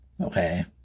okay